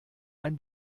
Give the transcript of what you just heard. ein